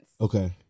Okay